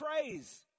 praise